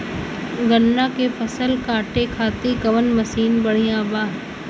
गन्ना के फसल कांटे खाती कवन मसीन बढ़ियां बा?